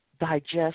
Digest